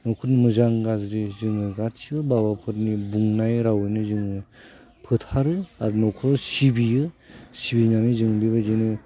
न'खर मोजां गाज्रि जोङो गासैबो बाबाफोरनि बुंनाय रावैनो जोङो फोथारो आरो न'खराव सिबियो सिबिनानै जों बेबायदिनो